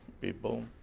people